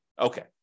Okay